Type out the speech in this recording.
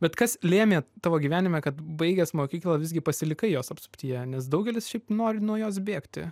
bet kas lėmė tavo gyvenime kad baigęs mokyklą visgi pasilikai jos apsuptyje nes daugelis šiaip nori nuo jos bėgti